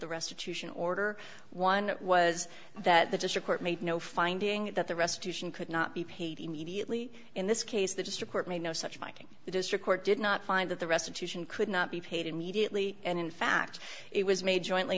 the restitution order one was that the just a court made no finding that the rest to sion could not be paid immediately in this case the just a court made no such miking the district court did not find that the restitution could not be paid immediately and in fact it was made jointly